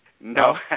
No